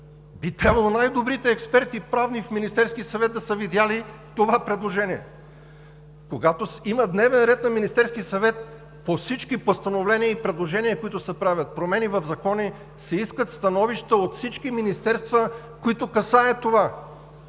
Би трябвало най-добрите правни експерти в Министерския съвет да са видели това предложение. Когато има дневен ред на Министерския съвет по всички постановления и предложения, които се правят за промени в закони, се искат становища от всички министерства, които касае това.